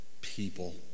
people